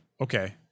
okay